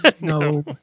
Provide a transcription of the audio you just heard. no